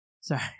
Sorry